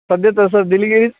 म्हणजे तसं दिलीगिरी